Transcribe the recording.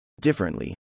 Differently